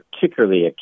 particularly